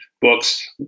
books